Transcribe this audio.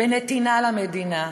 בנתינה למדינה,